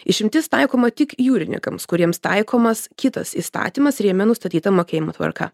išimtis taikoma tik jūrininkams kuriems taikomas kitas įstatymas ir jame nustatyta mokėjimo tvarka